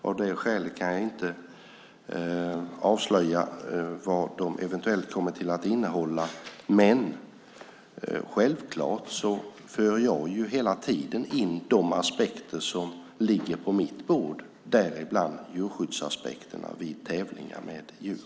Av det skälet kan jag inte avslöja vad de eventuellt kommer att innehålla, men självklart för jag hela tiden in de aspekter som ligger på mitt bord - däribland djurskyddsaspekterna vid tävlingar med djur.